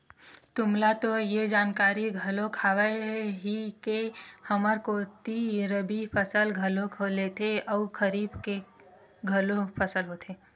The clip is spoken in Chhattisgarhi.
तुमला तो ये जानकारी घलोक हावे ही के हमर कोती रबि फसल घलोक लेथे अउ खरीफ के घलोक फसल होथे